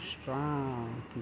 strong